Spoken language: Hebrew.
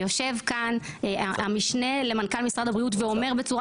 יושב כאן המשנה למנכ"ל משרד הבריאות ואומר בצורה